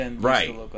Right